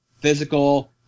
physical